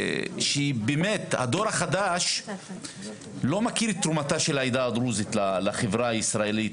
שבאמת הדור החדש לא מכיר את תרומה של העדה הדרוזית לחברה הישראלית,